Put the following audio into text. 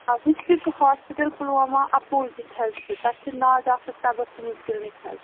ابوٗسِک hospital پُلوامہٕ opposite حظ چھُ تتھ چھُ ناو ڈاکٹر تبسُمٕز کِلنیک حظ